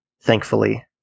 thankfully